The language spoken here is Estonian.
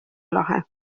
lahe